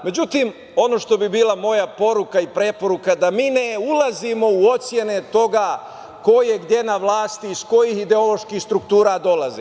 Međutim, ono što bi bila moja poruka i preporuka, da mi ne ulazimo u ocene toga ko je gde na vlasti, iz kojih ideoloških struktura dolaze.